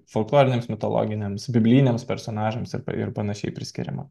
folkloriniams mitologiniams bibliniams personažams ir panašiai priskiriama